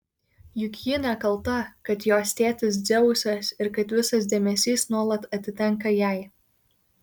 juk ji nekalta kad jos tėtis dzeusas ir kad visas dėmesys nuolat atitenka jai